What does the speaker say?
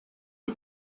are